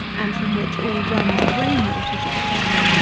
and from which all runs of rain water should be kept.